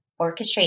orchestrate